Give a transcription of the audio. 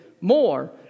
more